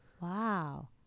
wow